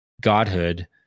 godhood